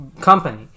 Company